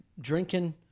drinking